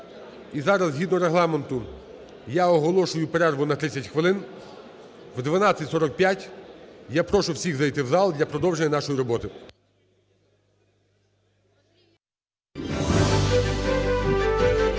І зараз згідно Регламенту я оголошую перерву на 30 хвилин. О 12:45 я прошу всіх зайти в зал для продовження нашої роботи.